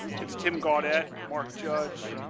it's tim gaudet, mark judge,